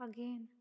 Again